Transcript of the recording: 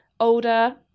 older